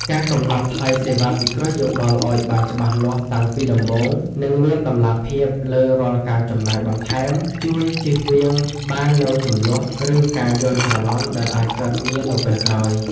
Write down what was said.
ការកំណត់ថ្លៃសេវាពិគ្រោះយោបល់ឱ្យបានច្បាស់លាស់តាំងពីដំបូង និងមានតម្លាភាពលើរាល់ការចំណាយបន្ថែម ជួយជៀសវាងបាននូវជម្លោះ ឬការយល់ច្រឡំដែលអាចកើតមាននៅពេលក្រោយ។